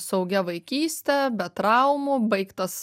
saugia vaikyste be traumų baigtas